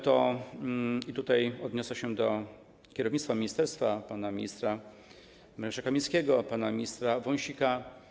Tutaj odniosę się do kierownictwa ministerstwa, pana ministra Mariusza Kamińskiego, pana ministra Wąsika.